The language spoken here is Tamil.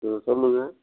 ம் சொல்லுங்கள்